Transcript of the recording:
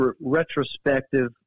retrospective